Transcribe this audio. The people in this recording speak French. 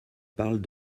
parle